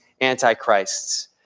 antichrists